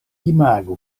imagu